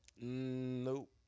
Nope